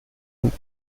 und